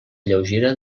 lleugera